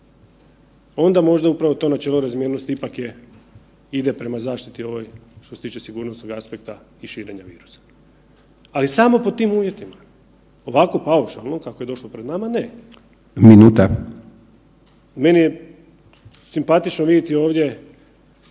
onda možda upravo to načelo razmjernosti ipak je, ide prema zaštiti ovoj što se tiče sigurnosnog aspekta i širenja virusa. Ali samo pod tim uvjetima. Ovako paušalno kako je došlo pred nama ne …/Upadica: Minuta./… meni je simpatično vidjeti ovdje